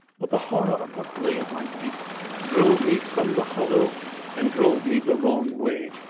but the horror of what lay at my feet drove me from the hollow and drove me the wrong way.